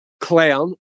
clown